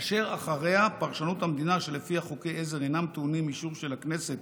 ואחריה פרשנות המדינה שלפיה חוקי עזר אינם טעונים אישור של הכנסת